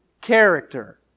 character